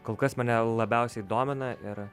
kol kas mane labiausiai domina ir